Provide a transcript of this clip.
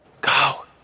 go